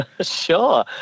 Sure